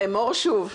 אמור שוב.